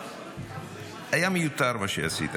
היה מיותר מה שעשית.